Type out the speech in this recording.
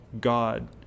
God